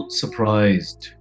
surprised